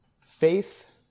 Faith